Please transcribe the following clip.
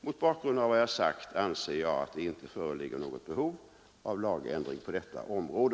Mot bakgrund av vad jag nu sagt anser jag att det inte föreligger något behov av lagändring på detta område.